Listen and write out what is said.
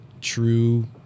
true